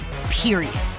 period